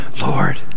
Lord